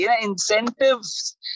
Incentives